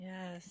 Yes